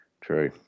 True